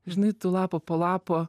žinai tu lapą po lapo